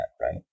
right